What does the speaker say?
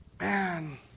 Man